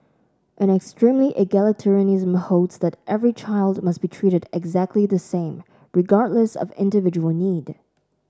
an extremely egalitarianism holds that every child must be treated exactly the same regardless of individual need